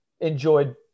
enjoyed